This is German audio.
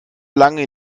lange